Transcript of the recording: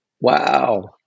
Wow